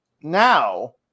now